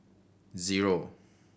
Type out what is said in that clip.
zero